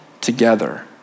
together